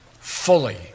fully